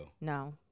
No